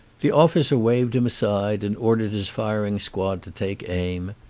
the officer waved him aside and ordered his firing squad to take aim.